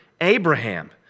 Abraham